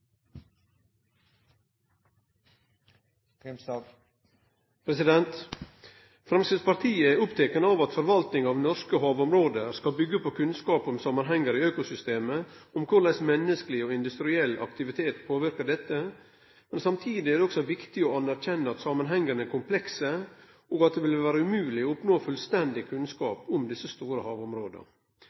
til. Framstegspartiet er oppteke av at forvalting av norske havområde skal byggje på kunnskap om samanhengar i økosystemet, og om korleis menneskeleg og industriell aktivitet påverkar dette. Samtidig er det også viktig å anerkjenne at samanhengane er komplekse, og at det vil vere umogleg å oppnå fullstendig kunnskap om desse store havområda.